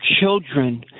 children